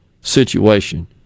situation